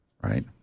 Right